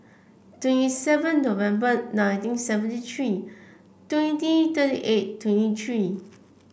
twenty seven November nineteen seventy three twenty thirty eight twenty three